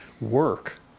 work